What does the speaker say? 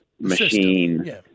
machine